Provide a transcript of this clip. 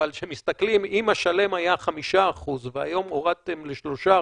אבל אם השלם היה 5% והיום הורדתם ל-3%,